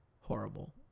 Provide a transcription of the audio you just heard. Horrible